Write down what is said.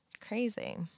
Crazy